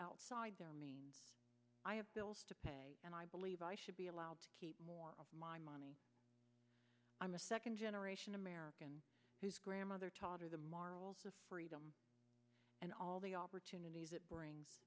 outside their means i have bills to pay and i believe i should be allowed to keep more of my money i'm a second generation american whose grandmother taught her the marls of freedom and all the opportunities it brings